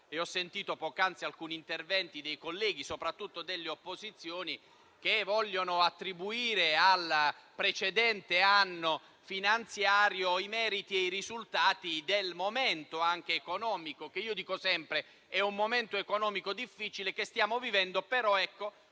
che ho sentito poc'anzi, con alcuni interventi dei colleghi, soprattutto delle opposizioni, che vogliono attribuire al precedente anno finanziario i meriti e i risultati del momento economico che stiamo vivendo. È un momento economico difficile - come dico sempre